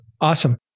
Awesome